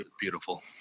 beautiful